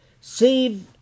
save